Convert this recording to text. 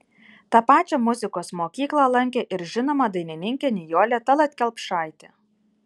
tą pačią muzikos mokyklą lankė ir žinoma dainininkė nijolė tallat kelpšaitė